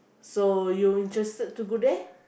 so you interested to go there